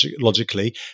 logically